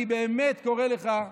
אני באמת קורא לך,